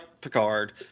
Picard